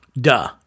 Duh